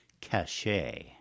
Cachet